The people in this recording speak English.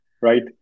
right